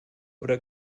oder